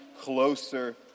closer